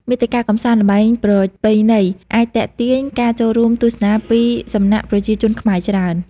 មាតិកាកម្សាន្ត ល្បែងប្រពៃណីអាចទាក់ទាញការចូលរួមទស្សនាពីសំណា់ប្រជាជនខ្មែរច្រើន។